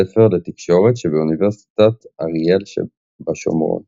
הספר לתקשורת שבאוניברסיטת אריאל בשומרון.